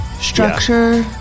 Structure